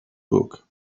book